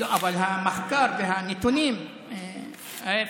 אבל המחקר והנתונים, ההפך.